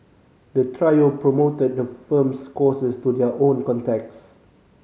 the trio promoted the firm's courses to their own contacts